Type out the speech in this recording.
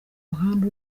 muhanda